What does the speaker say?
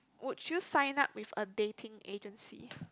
would you sign up with a dating agency